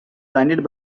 blinded